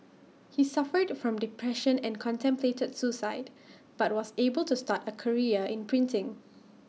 he suffered from depression and contemplated suicide but was able to start A career in printing